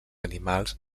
animals